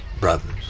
brothers